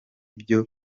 byo